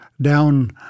down